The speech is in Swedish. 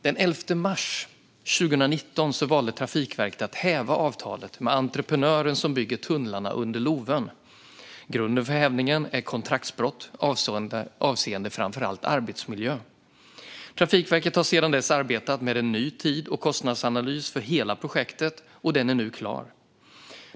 Den 11 mars 2019 valde Trafikverket att häva avtalet med entreprenören som bygger tunnlarna under Lovön. Grunden för hävningen är kontraktsbrott avseende framför allt arbetsmiljö. Trafikverket har sedan dess arbetat med en ny tids och kostnadsanalys för hela projektet, och den är nu klar.